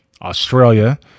Australia